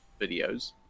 videos